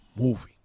movie